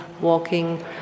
walking